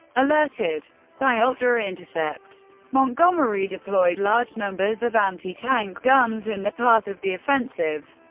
alerted by ultra intercepts, montgomery deployed large numbers of anti-tank guns in the path of the offensive.